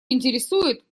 интересует